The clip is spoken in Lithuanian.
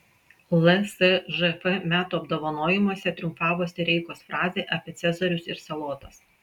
lsžf metų apdovanojimuose triumfavo sireikos frazė apie cezarius ir salotas